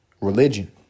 Religion